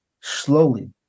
Slowly